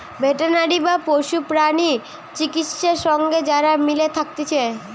veterinary বা পশু প্রাণী চিকিৎসা সঙ্গে যারা মিলে থাকতিছে